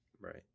Right